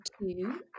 two